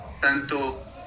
tanto